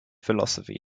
philosophy